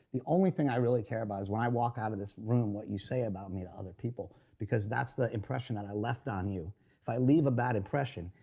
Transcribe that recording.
the only thing i really care about is when i walk out of this room, what you say about me to other people, because that's the impression that i left on you of i leave a bad impression,